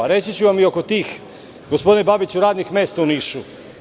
Reći ću vam i oko tih, gospodine Babiću, radnih mesta u Nišu.